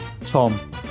Tom